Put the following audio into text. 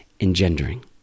engendering